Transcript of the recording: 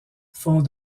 font